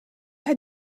had